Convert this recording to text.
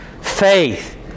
faith